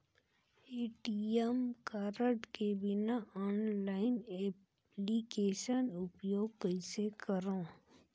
ATM card के बिना online application उपयोग कइसे करो?